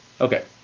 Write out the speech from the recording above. okay